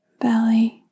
Belly